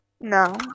No